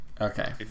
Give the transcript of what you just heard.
Okay